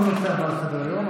עוברים לנושא הבא לסדר-היום,